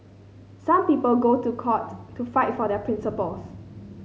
some people go to court to fight for their principles